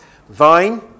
Vine